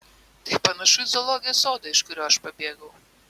tai panašu į zoologijos sodą iš kurio aš pabėgau